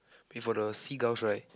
before the seagulls right